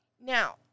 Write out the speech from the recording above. Now